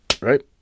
right